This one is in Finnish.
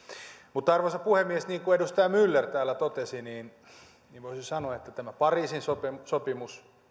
mutta arvoisa puhemies niin kuin edustaja myller täällä totesi voisi sanoa että tämä pariisin sopimus sopimus